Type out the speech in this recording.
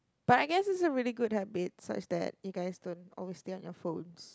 but I guess it's a really good habit such that you guys don't always stay on your phones